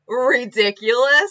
ridiculous